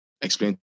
Explain